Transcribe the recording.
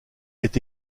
est